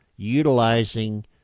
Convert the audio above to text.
Utilizing